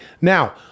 now